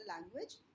language